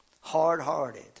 hard-hearted